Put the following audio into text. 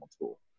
tool